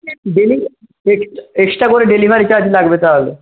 daily extra করে delivery charge লাগবে তাহলে